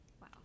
wow